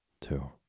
Two